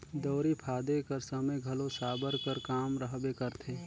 दउंरी फादे कर समे घलो साबर कर काम रहबे करथे